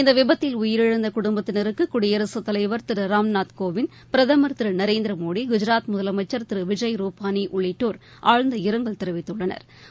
இந்த விபத்தில் உயிரிழந்த குடும்பத்தினருக்கு குடியரசுத் தலைவர் திரு ராம்நாத் கோவிந்த் பிரதமர் திரு நரேந்திரமோடி குஜராத் முதலமைச்ச் திரு விஜய் ருபாளி உள்ளிட்டோர் ஆழ்ந்த இரங்கல் தெரிவித்துள்ளனா்